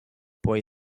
boy